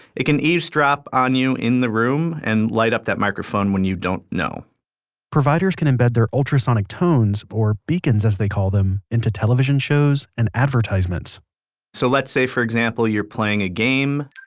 it can eavesdrop on you in the room and light up that microphone when you don't know providers can embed their ultrasonic tones, or beacons, as they call them, into television shows and advertisements so let's let's say for example you're playing a game.